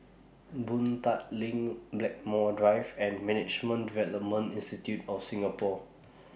Boon Tat LINK Blackmore Drive and Management Development Institute of Singapore